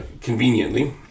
conveniently